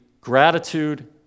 gratitude